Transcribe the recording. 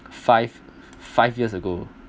five five years ago